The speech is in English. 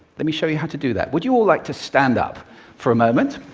let me show you how to do that. would you all like to stand up for a moment?